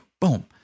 boom